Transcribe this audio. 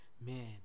Man